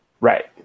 Right